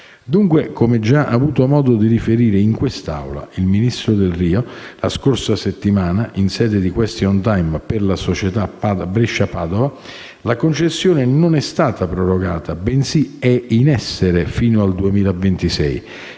Dunque, come ha già avuto modo di riferire in quest'Aula il ministro Delrio la scorsa settimana, in sede di *question time,* per la società Brescia-Padova la concessione non è stata prorogata, bensì è in essere fino al 2026: